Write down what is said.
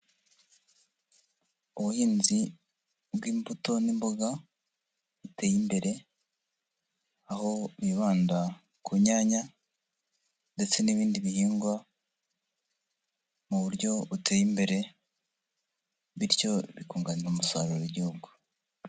Ubuhinzi bw'imbuto n'imboga buteye imbere, aho bibanda ku nyanya ndetse n'ibindi bihingwa, mu buryo buteye imbere, bityo bikunganira umusaruro w'igihugu.